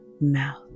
mouth